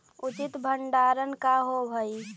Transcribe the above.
उचित भंडारण का होव हइ?